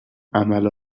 عمل